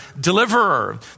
Deliverer